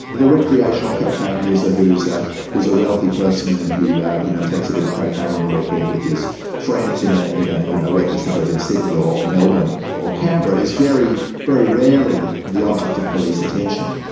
the recreational cocaine user who's ah who's a wealthy person and who you know takes a bit of cocaine on the weekend with his friends in ah a ah you know wealthy suburb in sydney or melbourne or canberra is very very rarely the object of police attention.